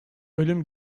ölüm